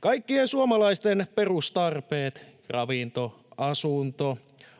Kaikkien suomalaisten perustarpeet — ravinto, asunto,